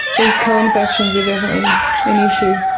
these co-infections are definitely an issue.